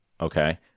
Okay